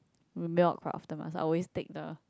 mail across afterwards I always take the